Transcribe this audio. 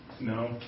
No